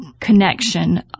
connection